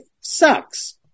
sucks